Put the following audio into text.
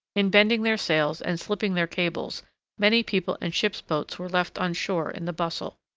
in bending their sails and slipping their cables many people and ships' boats were left on shore in the bustle.